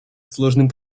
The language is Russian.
сложным